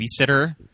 Babysitter